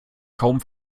kaum